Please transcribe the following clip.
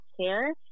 care